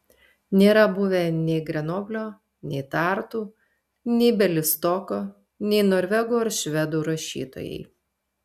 nėra buvę nei grenoblio nei tartu nei bialystoko nei norvegų ar švedų rašytojai